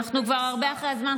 אנחנו כבר הרבה אחרי הזמן.